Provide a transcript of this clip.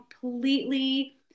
completely